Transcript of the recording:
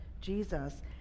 Jesus